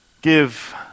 give